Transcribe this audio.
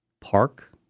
park